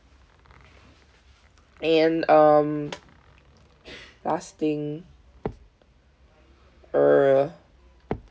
and um last thing uh